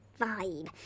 vibe